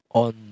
on